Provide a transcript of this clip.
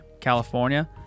California